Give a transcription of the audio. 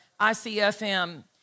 ICFM